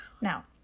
Now